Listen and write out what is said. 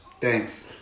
Thanks